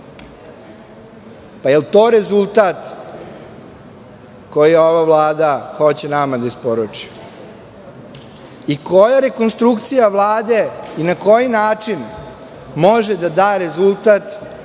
Jel to rezultat koji ova Vlada hoće nama da isporuči? I koja rekonstrukcija Vlade i na koji način može da da rezultat